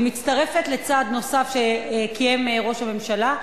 היא מצטרפת לצעד נוסף שקיים ראש הממשלה,